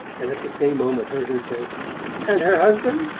and at the same moment heard her say and her husband?